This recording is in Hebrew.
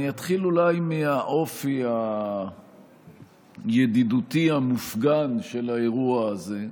אני אולי אתחיל מהאופי הידידותי המופגן של האירוע הזה,